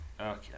Okay